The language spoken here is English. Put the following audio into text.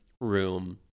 room